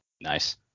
Nice